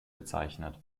bezeichnet